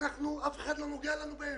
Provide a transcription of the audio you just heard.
ואף אחד לא מטפל בהם.